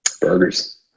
Burgers